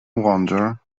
wonder